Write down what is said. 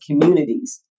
communities